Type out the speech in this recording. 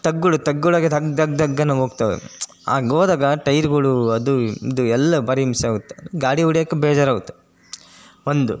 ತಗ್ಗುಗಳು ತಗ್ಗುಗಳು ಆಗೈತೆ ಹಂಗೆ ದಗ್ ದಗ್ ಅಂತ ಹೋಗ್ತವೆ ಹಾಗೆ ಹೋದಾಗ ಟೈರ್ಗಳು ಅದು ಇದು ಎಲ್ಲ ಬಾಡಿಗೆ ಮಿಸ್ ಆಗುತ್ತೆ ಗಾಡಿ ಹೊಡಿಯಕ್ಕೆ ಬೇಜಾರಾಗುತ್ತೆ ಒಂದು